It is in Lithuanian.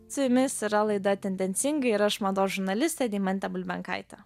su jumis yra laida tendencingai ir aš mados žurnalistė deimantė bulbenkaitė